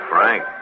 Frank